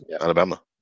Alabama